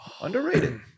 underrated